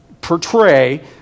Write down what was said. portray